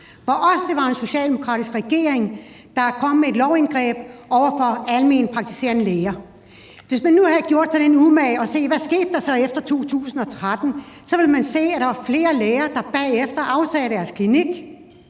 det også var en socialdemokratisk regering, der kom med et lovindgreb over for alment praktiserende læger. Hvis man nu havde gjort sig den umage at se på, hvad der så skete efter 2013, så ville man have set, at der var flere læger, der bagefter opsagde aftalen